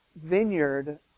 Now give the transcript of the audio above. vineyard